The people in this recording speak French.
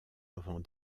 avant